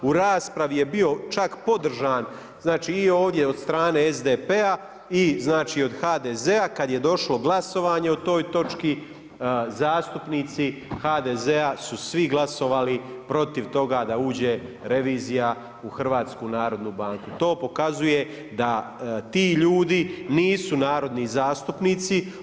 U raspravi je bio čak podržan, znači i ovdje od strane SDP-a i znači od HDZ kad je došlo glasovanje o toj točki zastupnici HDZ-a su svi glasovali protiv toga da uđe revizija u Hrvatsku narodnu banku. to pokazuje da ti ljudi nisu narodni zastupnici.